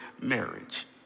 marriage